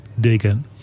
digging